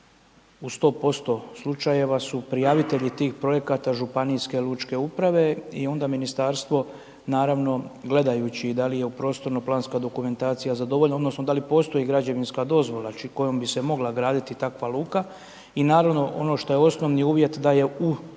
u 100% slučajeva su prijavitelji tih projekata županijske lučke uprave i onda ministarstvo, naravno, gledajući da li je u prostorno planska dokumentacija za dovoljno odnosno da li postoji građevinska dozvola kojom bi se mogla graditi takva luka i naravno ono što je osnovni uvjet da je u